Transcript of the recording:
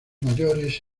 mayores